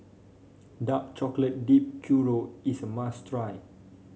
Dark Chocolate Dipped Churro is a must try